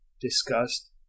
discussed